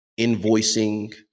invoicing